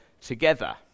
together